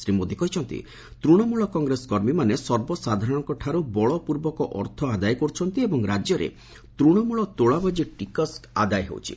ଶ୍ରୀ ମୋଦି କହିଛନ୍ତି ତୂଣମୂଳ କଂଗ୍ରେସ କର୍ମୀମାନେ ସର୍ବସାଧାରଣଙ୍କଠାରୁ ବଳପ୍ରର୍ବକ ଅର୍ଥ ଆଦାୟ କରୁଛନ୍ତି ଓ ରାଜ୍ୟରେ ତୂଣମଳ ତୋଳାବାକି ଟିକସ ଆଦାୟ ହେଉଛି